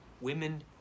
women